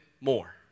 more